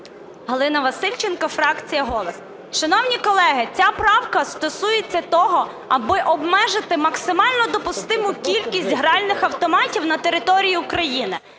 Галина Васильченко, фракція "Голос". Шановні колеги, ця правка стосується того, аби обмежити максимально допустиму кількість гральних автоматів на території України.